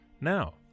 Now